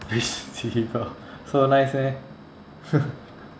fish so nice meh